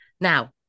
Now